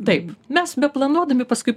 taip mes beplanuodami paskui